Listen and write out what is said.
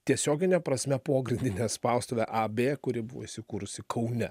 tiesiogine prasme pogrindinę spaustuvę ab kuri buvo įsikūrusi kaune